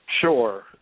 Sure